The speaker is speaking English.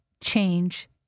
change